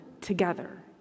together